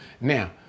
Now